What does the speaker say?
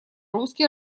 русски